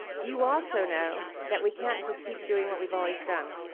you also know that we can't just keep doing what we've always done,